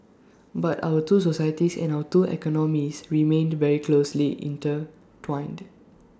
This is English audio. but our two societies and our two economies remained very closely intertwined